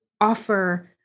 offer